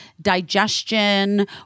digestion